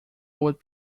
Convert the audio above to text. would